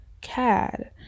CAD